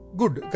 good